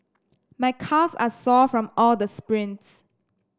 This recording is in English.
my calves are sore from all the sprints